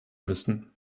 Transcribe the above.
müssen